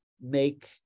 make